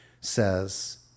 says